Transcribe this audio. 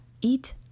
eat